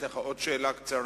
אתן לך לשאול עוד שאלה קצרה,